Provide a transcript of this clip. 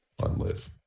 unlive